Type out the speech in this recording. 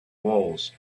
walls